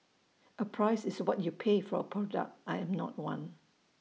A price is what you pay for A product I am not one